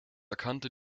erkannte